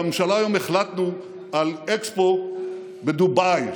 בממשלה היום החלטנו על אקספו בדובאי,